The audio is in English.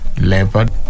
leopard